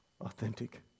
authentic